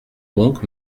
donc